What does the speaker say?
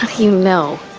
you know,